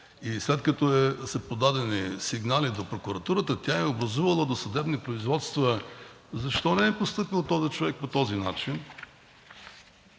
след като са подадени сигнали до прокуратурата, тя е образувала досъдебни производства – защо не е постъпил този човек по този начин?